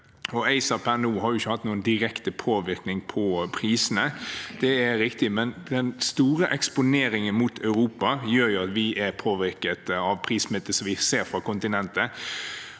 ACER har ikke per nå hatt noen direkte påvirkning på prisene – det er riktig – men den store eksponeringen mot Europa gjør jo at vi er påvirket av prissmitte, som vi ser fra kontinentet.